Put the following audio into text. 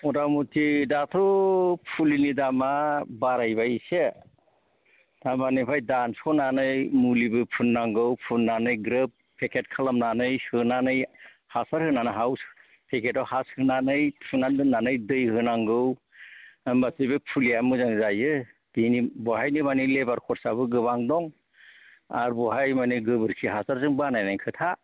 मथा मुथि दाथ' फुलिनि दामा बारायबाय एसे थारमानि बेवहाय दानस'नानै मुलिबो फुननांगौ फुनानै ग्रोब फेखेथ खालामनानै सोनानै हासार होनानै हायाव फेखेथआव हा सोनानै थुनानै दैहोनांगौ होमबासो बे फुलिआ मोजां जायो बहायनो मानि लेबार खरसाआबो गोबां दं आर बहाय मानि गोबोरखि हासार जों बानायनाय खोथा